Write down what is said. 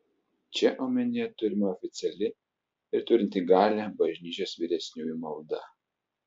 čia omenyje turima oficiali ir turinti galią bažnyčios vyresniųjų malda